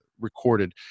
recorded